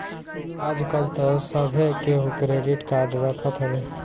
आजकल तअ सभे केहू क्रेडिट कार्ड रखत हवे